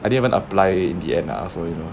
I didn't even apply in the end lah so you know